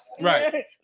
Right